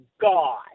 God